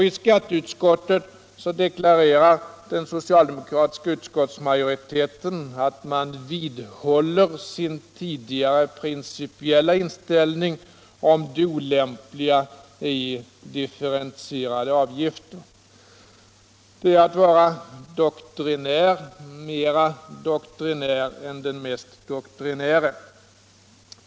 I skatteutskottet deklarerade den socialdemokratiska utskottsmajoriteten att man vidhåller sin tidigare principiella inställning om det olämpliga i differentierade avgifter. Det är att vara mer doktrinär än den mest doktrinäre.